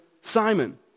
Simon